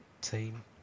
team